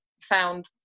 found